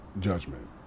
Judgment